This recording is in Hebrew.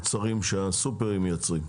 מוצרים שהסופרים מייצרים?